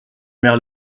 mère